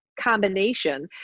combination